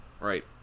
right